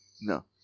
No